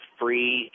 free